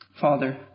Father